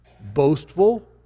boastful